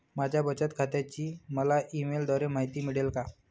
माझ्या बचत खात्याची मला ई मेलद्वारे माहिती मिळेल का?